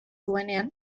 duenean